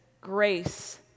grace